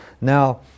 now